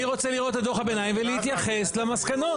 אני רוצה לראות את דוח הביניים ולהתייחס למסקנות.